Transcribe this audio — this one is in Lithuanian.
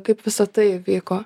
kaip visa tai vyko